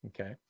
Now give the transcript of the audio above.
Okay